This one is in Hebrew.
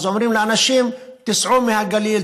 אז אומרים לאנשים: תיסעו מהגליל,